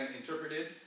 interpreted